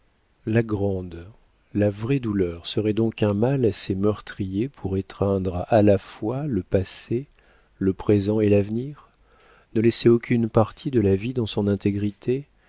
la grande la vraie douleur serait donc un mal assez meurtrier pour étreindre à la fois le passé le présent et l'avenir ne laisser aucune partie de la vie dans son intégrité